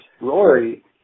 Rory